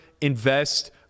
invest